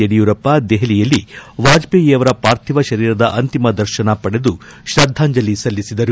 ಯಡಿಯೂರಪ್ಪ ದೆಹಲಿಯಲ್ಲಿ ವಾಜಪೇಯಿ ಅವರ ಪಾರ್ಥಿವ ಶರೀರದ ಅಂತಿಮ ದರ್ಶನ ಪಡೆದು ಶ್ರದ್ಧಾಂಜಲಿ ಸಲ್ಲಿಸಿದರು